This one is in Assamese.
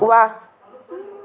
ৱাহ